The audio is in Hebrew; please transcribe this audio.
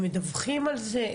הם מדווחים על זה?